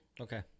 Okay